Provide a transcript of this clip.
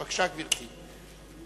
בבקשה, גברתי.